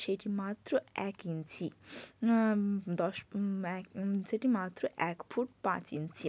সেটি মাত্র এক ইঞ্চি দশ এক সেটি মাত্র এক ফুট পাঁচ ইঞ্চি